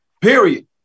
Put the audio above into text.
Period